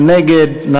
מי נגד?